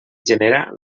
genera